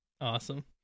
awesome